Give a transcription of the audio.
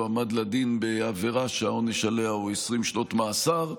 יועמד לדין בעבירה שהעונש עליה הוא 20 שנות מאסר.